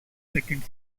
second